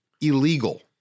illegal